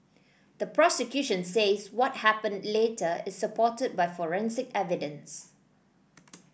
the prosecution says what happened later is supported by forensic evidence